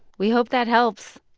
we hope that helps